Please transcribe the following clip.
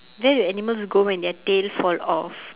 where do animals go when their tail fall off